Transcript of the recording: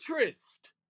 interest